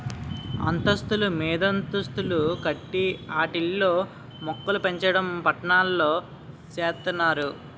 అంతస్తులు మీదంతస్తులు కట్టి ఆటిల్లో మోక్కలుపెంచడం పట్నాల్లో సేత్తన్నారు